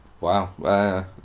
Wow